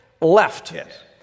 left